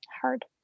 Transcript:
hard